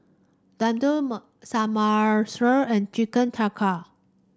Samosa and Chicken Tikka